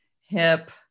hip